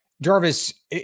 Jarvis